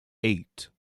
eight